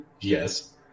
yes